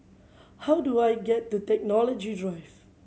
how do I get to Technology Drive